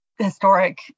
historic